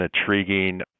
intriguing